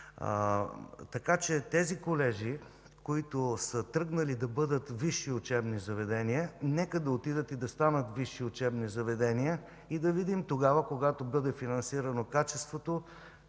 посока. Тези колежи, които са тръгнали да бъдат висши учебни заведения, нека станат висши учебни заведения и да видим тогава, когато бъде финансирано качеството,